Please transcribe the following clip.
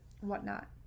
whatnot